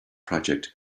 project